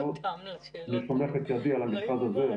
אני סומך את ידי על המכרז הזה,